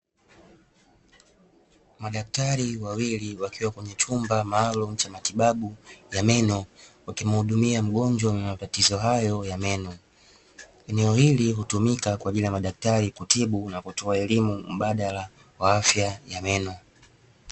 Madaktari wawili wakiwa kwenye chumba maalumu cha matibabu ya meno, wakimhudumia mgonjwa matatizo hayo ya meno. Eneo hili hutumika kwa ajili ya madaktari kutibu na kutoa elimu mbadala kwa afya ya meno.